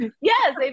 Yes